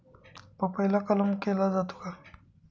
पपईला कलम केला जातो का?